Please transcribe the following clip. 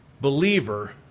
believer